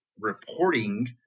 reporting